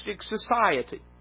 society